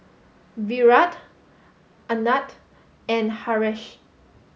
Virat Anand and Haresh